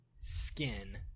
skin